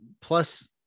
plus